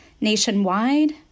nationwide